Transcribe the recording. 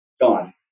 Gone